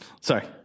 Sorry